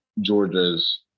Georgia's